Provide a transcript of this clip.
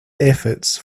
efforts